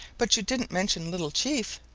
but you didn't mention little chief.